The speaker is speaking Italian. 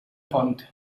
ponte